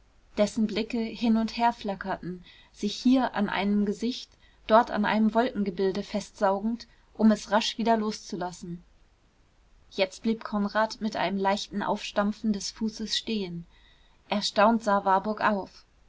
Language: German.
dessen blicke hin und her flackerten sich hier an einem gesicht dort an einem wolkengebilde festsaugend um es rasch wieder loszulassen jetzt blieb konrad mit einem leichten aufstampfen des fußes stehen erstaunt sah warburg auf